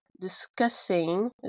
discussing